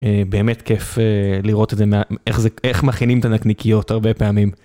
באמת כיף לראות את זה, איך מכינים את הנקניקיות הרבה פעמים.